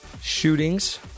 shootings